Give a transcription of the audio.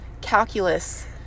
calculus